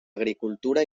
agricultura